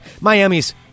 Miami's